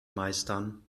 meistern